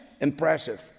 impressive